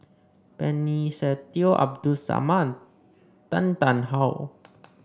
Benny Se Teo Abdul Samad Tan Tarn How